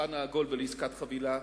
לשולחן העגול לעסקת חבילה,